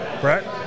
Brett